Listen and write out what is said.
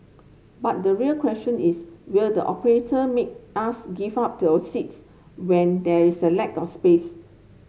but the real question is will the operator make us give up to ours seats when there's a lack of space